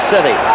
City